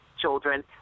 children